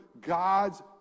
God's